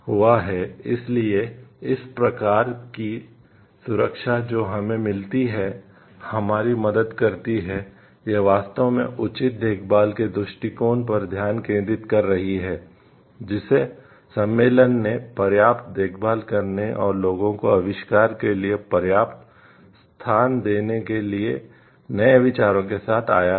हुआ है इसलिए इस प्रकार की सुरक्षा जो हमें मिलती है हमारी मदद करती है यह वास्तव में उचित देखभाल के दृष्टिकोण पर ध्यान केंद्रित कर रही है जिसे सम्मेलन ने पर्याप्त देखभाल करने और लोगों को आविष्कार के लिए पर्याप्त स्थान देने के लिए नए विचारों के साथ आया है